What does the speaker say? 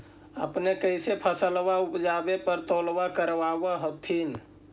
अपने कैसे फसलबा उपजे पर तौलबा करबा होत्थिन?